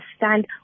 understand